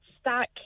stuck